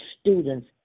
students